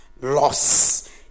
loss